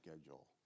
schedule